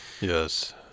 yes